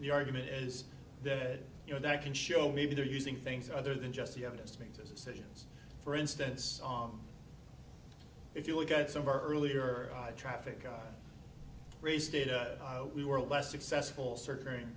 the argument is that you know that can show maybe they're using things other than just the evidence to make decisions for instance on if you look at some earlier traffic raise data we were less successful surgery